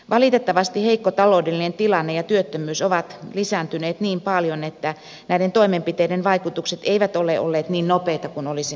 valitettavasti heikko taloudellinen tilanne ja työttömyys ovat lisääntyneet niin paljon että näiden toimenpiteiden vaikutukset eivät ole olleet niin nopeita kuin olisimme toivoneet